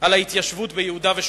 על ההתיישבות ביהודה ושומרון,